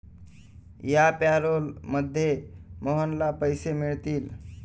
या पॅरोलमध्ये मोहनला पैसे मिळतील